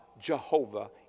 Jehovah